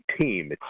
team